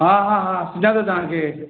हा हा हा सुञा थो तव्हां खे